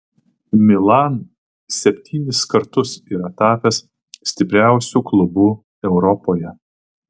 milan septynis kartus yra tapęs stipriausiu klubu europoje